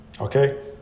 okay